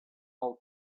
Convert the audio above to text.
all